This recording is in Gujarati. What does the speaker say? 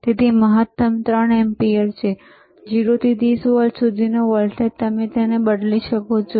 તેથી મહત્તમ 3 એમ્પીયર છે અને 0 થી 30 વોલ્ટ સુધીનો વોલ્ટેજ તમે તેને બદલી શકો છો